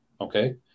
okay